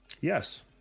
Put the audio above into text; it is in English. Yes